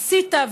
עשית,